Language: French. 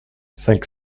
cinq